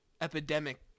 epidemic